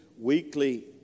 weekly